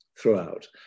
throughout